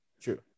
True